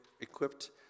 equipped